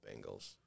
Bengals